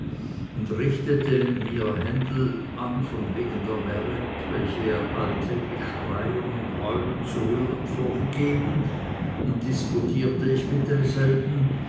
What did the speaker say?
und richtete mir händel an von wegen der meret welche er alltäglich schreien und heulen zu hören vorgegeben und disputirte ich mit demselben